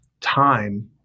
time